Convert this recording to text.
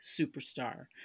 Superstar